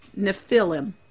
Nephilim